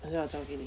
等一下我找给你